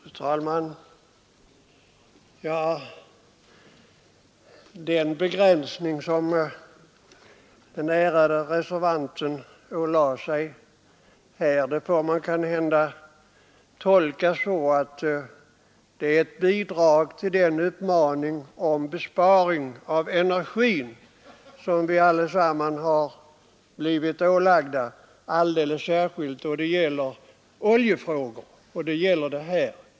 Fru talman! Den begränsning som den ärade reservanten ålade sig här får man kanhända tolka så att han följer den uppmaning om besparing av energi som vi allesammans har blivit ålagda, alldeles särskilt då det gäller oljefrågor, och det gör det ju här.